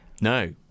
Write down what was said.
No